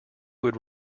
would